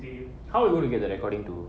how you work you get the recording to